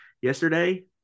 yesterday